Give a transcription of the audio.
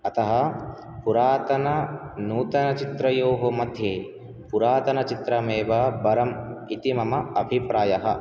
अतः पुरातननूतनचित्रयोः मध्ये पुरातनचित्रमेव वरम् इति मम अभिप्रायः